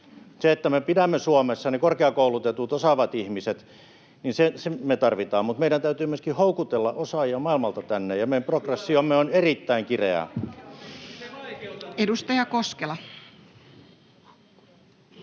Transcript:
se, että me pidämme Suomessa ne korkeakoulutetut, osaavat ihmiset, mutta meidän täytyy myöskin houkutella osaajia maailmalta tänne, ja meidän progressiomme on erittäin kireä. [Vasemmalta: